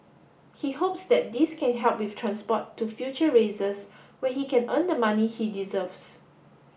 he hopes that this can help with transport to future races where he can earn the money he deserves